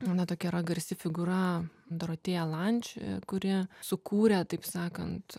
mano tokia yra garsi figūra dorotėja lanč kuri sukūrė taip sakant